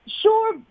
Sure